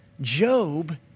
Job